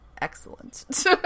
excellent